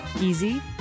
Easy